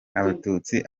abatutsi